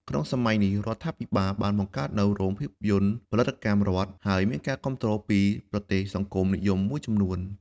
ក្នុងសម័យនេះ រដ្ឋាភិបាលបានបង្កើតនូវ រោងភាពយន្តផលិតកម្មរដ្ឋ ហើយមានការគាំទ្រពីប្រទេសសង្គមនិយមមួយចំនួន។